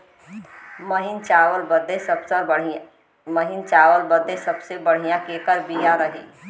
महीन चावल बदे सबसे बढ़िया केकर बिया रही?